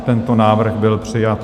Tento návrh byl přijat.